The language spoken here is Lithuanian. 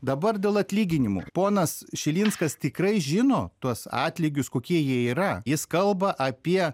dabar dėl atlyginimo ponas šilinskas tikrai žino tuos atlygius kokie jie yra jis kalba apie